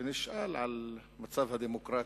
ונשאל על מצב הדמוקרטיה.